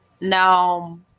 Now